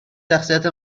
شخصیت